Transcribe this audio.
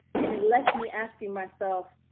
and it left me asking myself,